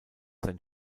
sein